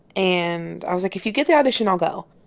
and i was like if you get the audition, i'll go.